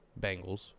Bengals